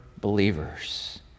believers